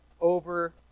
over